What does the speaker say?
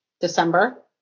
December